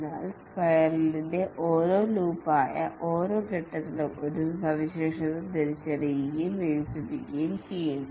എന്നാൽ സ്പൈറലിൻറെ ഓരോ ലൂപ്പായ ഓരോ ഘട്ടത്തിലും ഒരു സവിശേഷത തിരിച്ചറിയുകയും വികസിപ്പിക്കുകയും ചെയ്യുന്നു